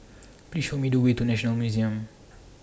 Please Show Me The Way to National Museum